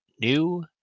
new